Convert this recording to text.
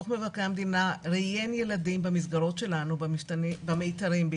מבקר המדינה ראיין ילדים במסגרות שלנו, בעיקר